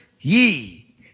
ye